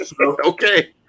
Okay